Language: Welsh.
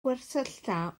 gwersylla